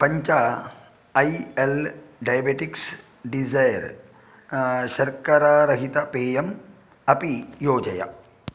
पञ्च A L diabetics desire शर्करारहितपेयम् अपि योजय